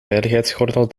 veiligheidsgordel